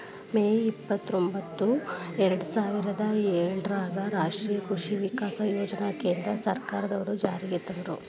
ಮೇ ಇಪ್ಪತ್ರೊಂಭತ್ತು ಎರ್ಡಸಾವಿರದ ಏಳರಾಗ ರಾಷ್ಟೇಯ ಕೃಷಿ ವಿಕಾಸ ಯೋಜನೆನ ಕೇಂದ್ರ ಸರ್ಕಾರದ್ವರು ಜಾರಿಗೆ ತಂದ್ರು